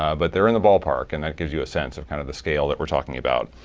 ah but they're in the ballpark, and that gives you a sense of kind of the scale that we're talking about.